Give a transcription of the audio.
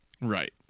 Right